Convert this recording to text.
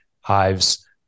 hives